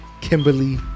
Kimberly